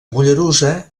mollerussa